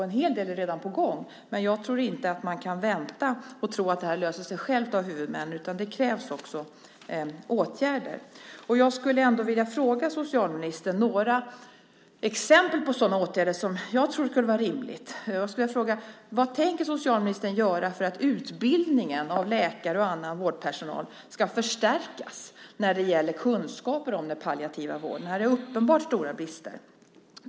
En hel del är redan på gång. Men jag tror inte att man kan vänta och tro att det här löser sig självt av huvudmännen, utan det krävs åtgärder. Jag skulle vilja fråga socialministern om exempel på åtgärder som jag tror skulle vara rimliga. Vad tänker socialministern göra för att utbildningen av läkare och annan vårdpersonal ska förstärkas när det gäller kunskaper om den palliativa vården? Här är uppenbart stora brister.